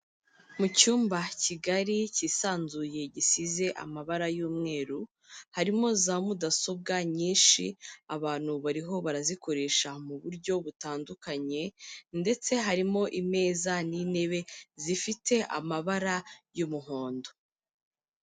Mu cyumba kigari, cyisanzuye, gisize amabara y'umweru, harimo za mudasobwa nyinshi, abantu bariho barazikoresha mu buryo butandukanye, ndetse harimo imeza n'intebe zifite amabara y'umuhondo.